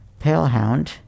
Palehound